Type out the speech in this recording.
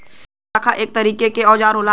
दोशाखा एक तरीके के औजार होला